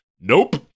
Nope